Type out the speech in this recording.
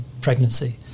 pregnancy